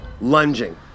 lunging